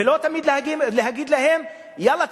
ולא תמיד להגיד להם: יאללה,